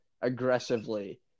aggressively